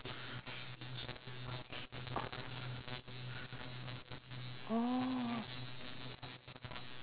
oh